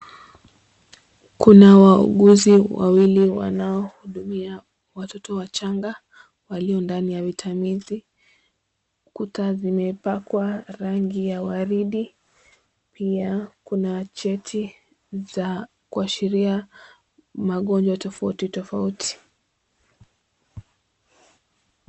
Kuna wauguzi wawili wanaohudumia watoto wachanga walio ndani ya vitamizi huku taa zimepakwa rangi ya waridi. Pia kuna cheti za kuashiria magonjwa tofauti tofauti.